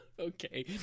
Okay